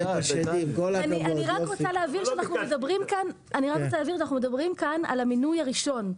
אני רק רוצה להבהיר שאנחנו מדברים כאן על המינוי הראשון.